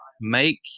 Make